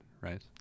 right